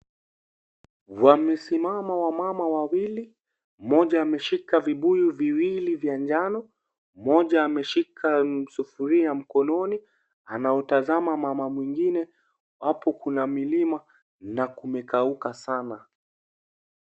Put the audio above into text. Wamesimama wamama wawili, mmoja ameshika vibuyu viwili vya njano, mmoja ameshika sufuria mkononi, anamtazama mama mwingine. Hapo kuna milima na kumekauka sana.